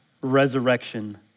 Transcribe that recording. resurrection